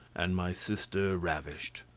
and my sister ravished.